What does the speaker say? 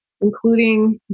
including